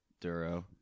Duro